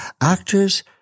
actors